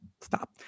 stop